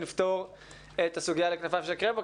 לפתור את הסוגיה ל'כנפיים של קרמבו',